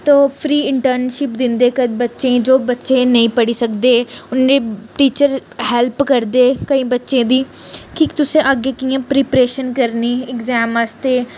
ते ओह् free internship दिंदे बच्चें गी जो बच्चे नेईं पढ़ी सकदे उ'नेंगी टीचर हैल्प करदे केईं बच्चे दी कि तुसें अग्गें कियां प्रिपरेशन करनी ऐग्जाम आस्तै